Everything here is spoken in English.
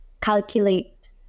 calculate